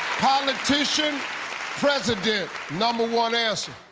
politician president number one answer.